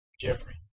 Jeffrey